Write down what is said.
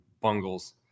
bungles